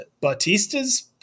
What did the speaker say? Batista's